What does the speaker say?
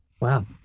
wow